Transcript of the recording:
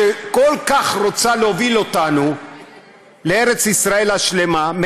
שכל כך רוצה להוביל אותנו לארץ ישראל השלמה,